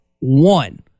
One